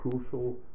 crucial